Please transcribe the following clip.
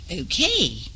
okay